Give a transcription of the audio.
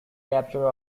capture